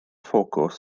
ffocws